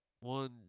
One